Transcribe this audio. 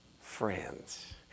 friends